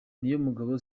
niyomugabo